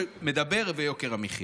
שמדבר על יוקר המחיה.